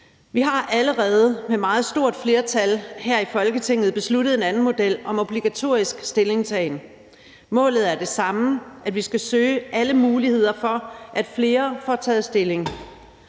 Vi har allerede med et meget stort flertal her i Folketinget besluttet en anden model om obligatorisk stillingtagen. Målet er det samme: at vi skal søge alle muligheder for, at flere får taget stilling.